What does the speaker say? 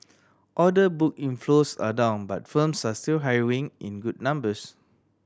order book inflows are down but firms are still hiring in good numbers